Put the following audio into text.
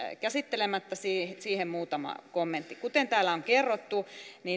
käsittelemättä siihen siihen muutama kommentti kuten täällä on kerrottu